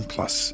Plus